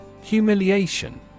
Humiliation